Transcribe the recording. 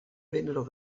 vennero